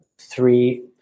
three